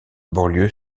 banlieue